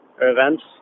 Events